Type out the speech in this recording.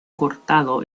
cortado